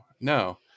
no